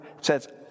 says